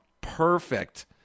perfect